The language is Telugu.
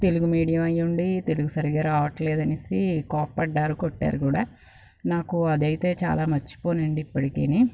తెలుగు మీడియం అయ్యుండి తెలుగు సరిగ్గా రావట్లేదు అనేసి కోపడ్డారు కొట్టారు కూడా నాకు అదైతే చాలా మర్చిపోనండి ఇప్పటికీ